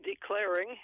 declaring